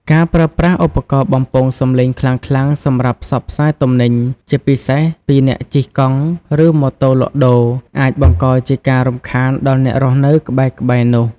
ការប្រើប្រាស់ឧបករណ៍បំពងសំឡេងខ្លាំងៗសម្រាប់ផ្សព្វផ្សាយទំនិញ ជាពិសេសពីអ្នកជិះកង់ ឬម៉ូតូលក់ដូរ អាចបង្កជាការរំខានដល់អ្នករស់នៅក្បែរៗនោះ។